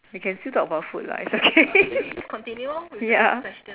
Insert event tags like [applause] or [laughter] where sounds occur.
we can still talk about food lah it's okay [laughs] ya